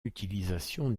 utilisation